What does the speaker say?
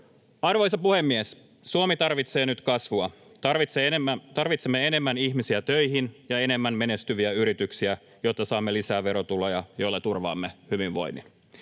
Arvoisa puhemies! Suomi tarvitsee nyt kasvua. Tarvitsemme enemmän ihmisiä töihin ja enemmän menestyviä yrityksiä, jotta saamme lisää verotuloja, joilla turvaamme hyvinvoinnin.